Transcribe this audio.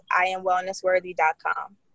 iamwellnessworthy.com